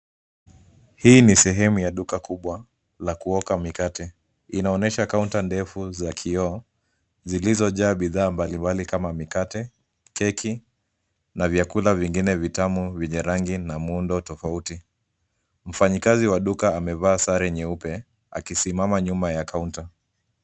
Hii ni sehemu ya duka kubwa la kuoka mikate. Inaonyesha kaunta ndefu za kioo zilizojaa bidhaa mbalimbali kama mikate, keki na vyakula vingine vitamu vyenye rangi na muundo tofauti. Mfanyikazi wa duka amevaa sare nyeupe akisimama nyuma ya kaunta.